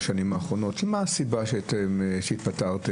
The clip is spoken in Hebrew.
השנים האחרונות מה הסיבה שהם התפטרו?